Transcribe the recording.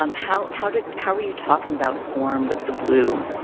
um how, how did, how are you talking about form with the blue